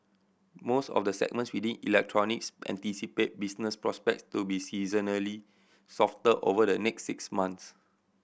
most of the segments within electronics anticipate business prospects to be seasonally softer over the next six months